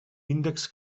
índexs